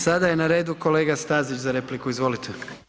Sada je na redu kolega Stazić za repliku, izvolite.